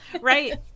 Right